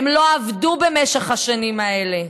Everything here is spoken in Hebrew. הם לא עבדו במשך השנים האלה,